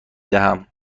دهم